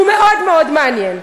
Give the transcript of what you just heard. הוא מאוד מאוד מעניין.